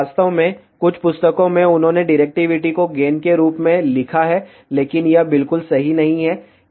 वास्तव में कुछ पुस्तकों में उन्होंने डिरेक्टिविटी को गेन के रूप में लिखा है लेकिन यह बिल्कुल सही नहीं है